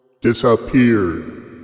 disappeared